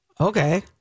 Okay